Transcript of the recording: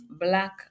Black